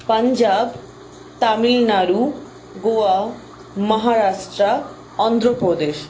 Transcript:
Punjab Tamil Nadu Goa Maharashtra Andhra Pradesh